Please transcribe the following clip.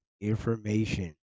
information